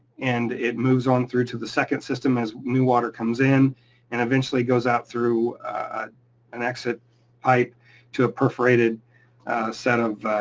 and it moves on through to the second system as new water comes in and eventually goes out through an exit pipe to a perforated set of